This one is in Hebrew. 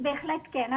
בהחלט כן.